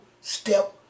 step